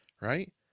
right